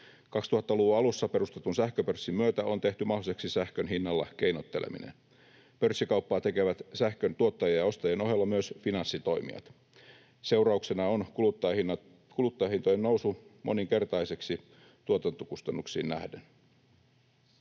2000-luvun alussa perustetun sähköpörssin myötä on tehty mahdolliseksi sähkön hinnalla keinotteleminen. Pörssikauppaa tekevät sähkön tuottajien ja ostajien ohella myös finanssitoimijat. Seurauksena on kuluttajahintojen nousu moninkertaiseksi tuotantokustannuksiin nähden.